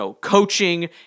coaching